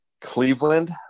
Cleveland